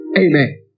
Amen